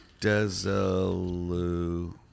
Desilu